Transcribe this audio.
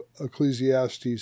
Ecclesiastes